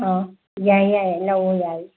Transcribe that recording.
ꯑꯥ ꯌꯥꯏ ꯌꯥꯏ ꯂꯧꯋꯣ ꯌꯥꯏ